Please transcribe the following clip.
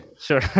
Sure